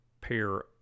pair